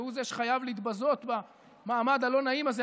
והוא זה שחייב להתבזות במעמד הלא-נעים הזה.